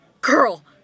Girl